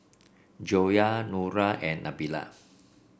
Joyah Nura and Nabila